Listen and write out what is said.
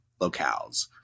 locales